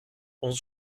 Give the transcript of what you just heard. onze